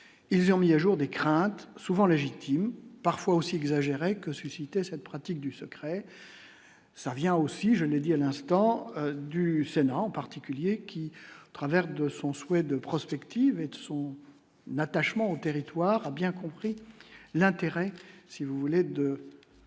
ils ont mis à jour des craintes souvent légitimes, parfois aussi exagérée que suscitait cette pratique du secret, ça vient aussi, je l'ai dit à l'instant du Sénat en particulier qui travers de son souhait de prospective et de son n'attachement au territoire a bien compris l'intérêt si vous voulez de